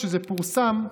כשזה פורסם,